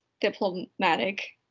diplomatic